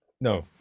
No